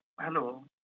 Hello